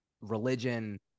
religion